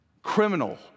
criminal